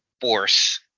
force